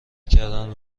کردن